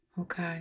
Okay